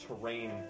terrain